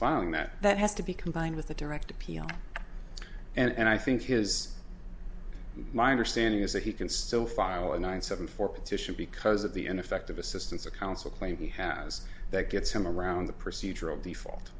filing that that has to be combined with a direct appeal and i think is my understanding is that he can still file a nine seven four petition because of the ineffective assistance of counsel claim he has that gets him around the procedural default